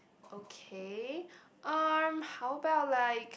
okay um how about like